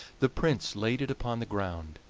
the prince laid it upon the ground,